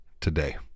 today